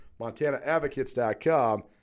MontanaAdvocates.com